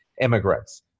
immigrants